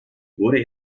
wurde